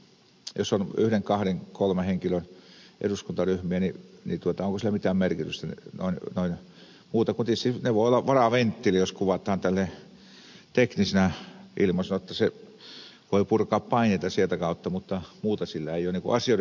jos on yhden kahden kolmen henkilön eduskuntaryhmiä niin onko niillä mitään merkitystä muuta kuin tietysti ne voivat olla varaventtiilinä jos kuvataan tälleen teknisenä ilmaisuna jotta voi purkaa paineita sitä kautta mutta muuta merkitystä niillä ei ole asioiden hoidon kannalta